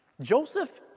Joseph